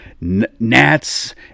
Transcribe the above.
gnats